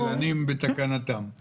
אבל כרגע מדיניות הממשלה הנוכחית היא לאור